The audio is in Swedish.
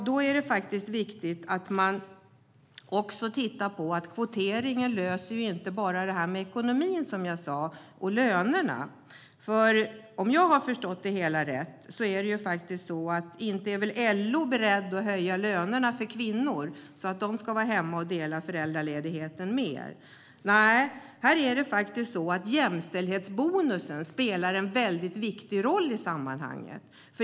Då är det viktigt att titta på att kvoteringen som sagt inte bara löser ekonomin och lönerna. Om jag har förstått det hela rätt vill väl inte LO höja lönerna för kvinnor så att föräldrarna kan dela föräldraledigheten mer lika. Nej, jämställdhetsbonusen spelar en väldigt viktig roll i sammanhanget.